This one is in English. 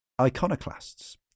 Iconoclasts